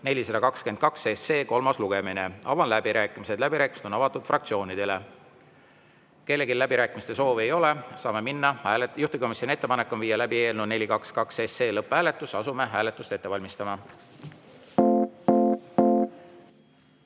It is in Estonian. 422 kolmas lugemine. Avan läbirääkimised. Läbirääkimised on avatud fraktsioonidele. Kellelgi läbirääkimiste soovi ei ole. Juhtivkomisjoni ettepanek on viia läbi eelnõu 422 lõpphääletus, asume hääletust ette valmistama.